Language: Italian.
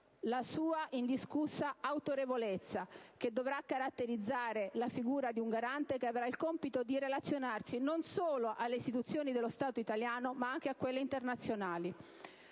la indiscussa autorevolezza che dovrà caratterizzare la figura di un Garante che avrà il compito di relazionarsi non solo alle istituzioni dello Stato italiano, ma anche a quelle internazionali.